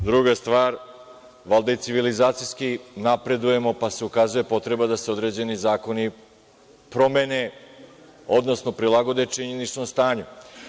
Druga stvar, valjda i civilizacijski napredujemo, pa se ukazuje potreba da se određeni zakoni promene, odnosno prilagode činjeničnom stanju.